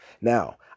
Now